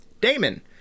Damon